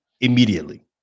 immediately